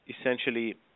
essentially